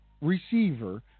receiver